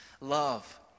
love